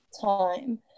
time